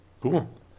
Cool